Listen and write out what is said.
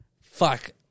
fuck